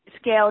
scale